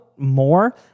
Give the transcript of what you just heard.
more